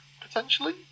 potentially